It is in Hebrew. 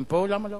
אם פה, למה לא.